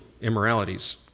immoralities